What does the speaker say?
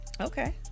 Okay